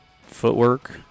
footwork